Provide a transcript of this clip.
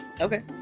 Okay